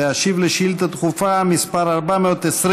להשיב על שאילתה דחופה מס' 420,